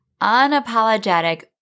unapologetic